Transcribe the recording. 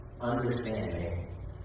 understanding